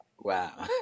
Wow